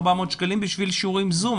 400 שקלים בשביל שיעורי זום.